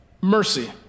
mercy